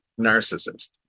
narcissist